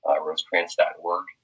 rosecrans.org